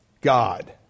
God